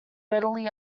readily